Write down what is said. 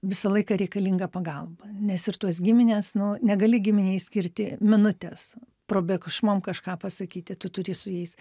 visą laiką reikalinga pagalba nes ir tos giminės nu negali giminei skirti minutės probėgšmom kažką pasakyti tu turi su jais